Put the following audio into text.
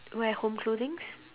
wear home clothings